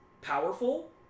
powerful